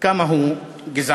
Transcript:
כמה הוא גזען.